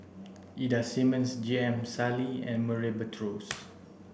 Ida Simmons J M Sali and Murray Buttrose